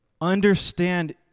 understand